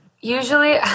Usually